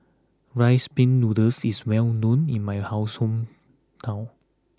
Rice Pin Noodles is well known in my house hometown